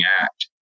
act